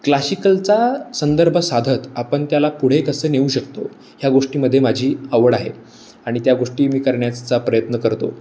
क्लाशिकलचा संदर्भ साधत आपण त्याला पुढे कसं नेऊ शकतो ह्या गोष्टीमध्ये माझी आवड आहे आणि त्या गोष्टी मी करण्याचा प्रयत्न करतो